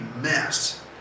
mess